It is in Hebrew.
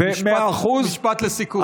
משפט לסיכום.